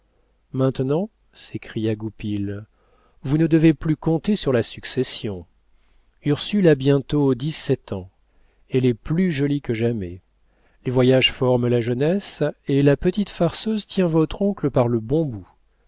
maintenant s'écria goupil vous ne devez plus compter sur la succession ursule a bientôt dix-sept ans elle est plus jolie que jamais les voyages forment la jeunesse et la petite farceuse tient votre oncle par le bon bout